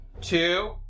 two